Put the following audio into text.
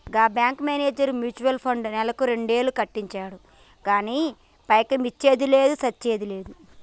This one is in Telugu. గా బ్యేంకు మేనేజర్ మ్యూచువల్ ఫండ్లో నెలకు రెండేలు కట్టించిండు గానీ పైకమొచ్చ్చింది లేదు, సచ్చింది లేదు